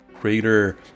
greater